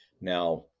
now